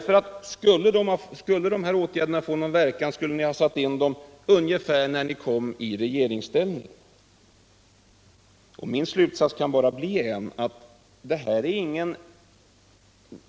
För att dessa åtgärder skulle få någon verkan borde ni ha satt in dem ungefär när ni kom i regeringsställning. Min slutsats kan alltså bara bli en.